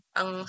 ang